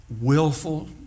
willful